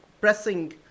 pressing